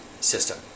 system